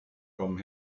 kommen